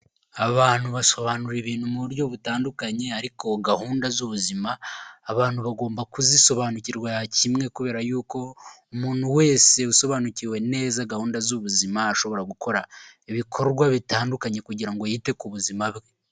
Abantu basobanura ibintu mu buryo butandukanye ariko gahunda z'ubuzima abantu bagomba kuzisobanukirwa kimwe kubera yuko umuntu wese usobanukiwe neza gahunda z'ubuzima ashobora gukora ibikorwa bitandukanye kugira ngo yite ku buzima bwe.